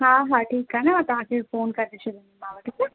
हा हा ठीकु आहे न तव्हांजे फोन करे छॾींदीमाव ठीकु आहे